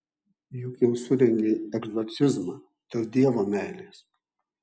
juk jau surengei egzorcizmą dėl dievo meilės